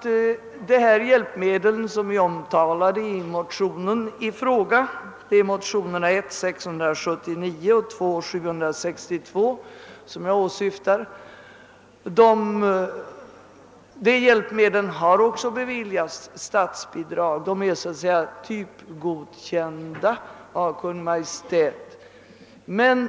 För de hjälpmedel som är omtalade i motionerna I:679 och II: 762, som jag här åsyftar, beviljas statsbidrag; de är typgodkända av Kungl. Maj:t, med